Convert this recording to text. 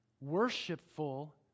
worshipful